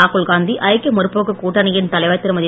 ராகுல்காந்தி ஐக்கிய முற்போக்கு கூட்டணியின் தலைவர் திருமதி